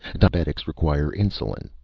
diabetics require insulin.